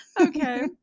Okay